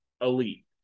elite